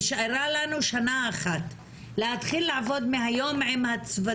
נשארה לנו שנה אחת להתחיל לעבוד עם הצוותים